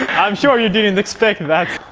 i'm sure you didn't expect that